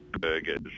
burgers